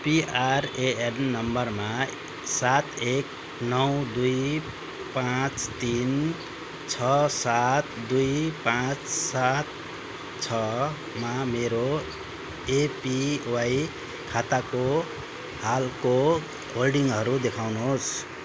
PRAN नम्बरमा सात एक नौ दुई पाँच तिन छ सात दुई पाँच सात छ मा मेरो एपिवाई खाताको हालको होल्डिङहरू देखाउनुहोस्